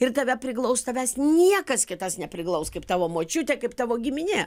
ir tave priglaus tavęs niekas kitas nepriglaus kaip tavo močiutė kaip tavo giminė